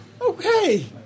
Okay